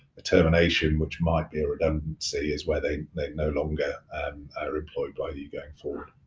a termination which might be a redundancy is where they they no longer are employed by you going forward.